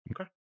Okay